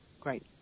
great